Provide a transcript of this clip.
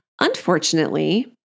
Unfortunately